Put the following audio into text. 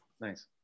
Nice